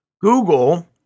Google